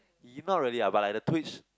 y~ not really ah but like the twitch